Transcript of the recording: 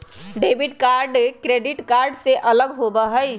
debit card credit card से अलग होबा हई